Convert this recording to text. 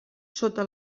sota